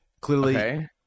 clearly